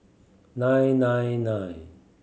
nine nine nine